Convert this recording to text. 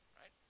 right